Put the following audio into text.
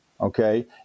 Okay